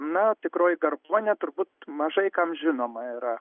na tikroji garbuonė turbūt mažai kam žinoma yra